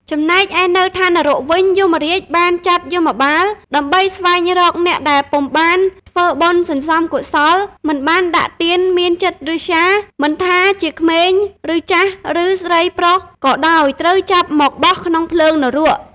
ចំណែកឯនៅថាននរកវិញ យមរាជបានចាត់យមបាល ដើម្បីស្វែងរកអ្នកដែលពុំបានធ្វើបុណ្យសន្សំកុសល មិនបានដាក់ទានមានចិត្តឬស្យា មិនថាជាក្មេងឬចាស់ឬស្រីប្រុសក៏ដោយត្រូវចាប់មកបោះក្នុងភ្លើងនរក។